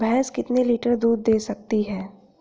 भैंस कितने लीटर तक दूध दे सकती है?